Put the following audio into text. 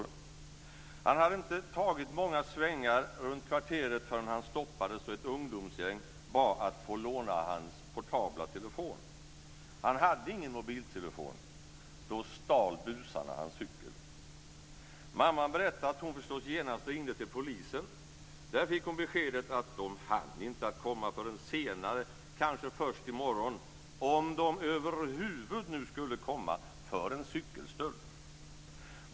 Han hade inte tagit många svängar runt kvarteret förrän han stoppades av ett ungdomsgäng som bad att få låna hans portabla telefon. Han hade ingen mobiltelefon. Då stal busarna hans cykel. Mamman berättade att hon förstås genast ringde till polisen. Där fick hon beskedet att polisen inte hann komma förrän senare, kanske först dagen därpå, om man över huvud nu skulle komma för en cykelstöld.